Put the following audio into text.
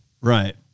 Right